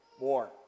more